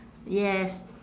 yes